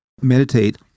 meditate